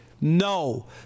No